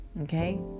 okay